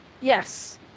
Yes